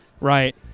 right